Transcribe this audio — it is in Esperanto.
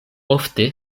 ofte